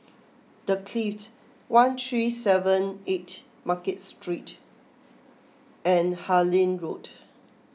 the Clift one three seven eight Market Street and Harlyn Road